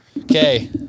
Okay